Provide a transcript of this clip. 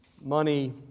Money